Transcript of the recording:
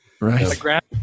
Right